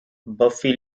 buffy